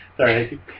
Sorry